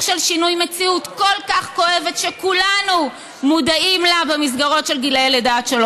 הינו בית חולים ציבורי כללי שהינו בבעלות ממשלתית.